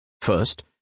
First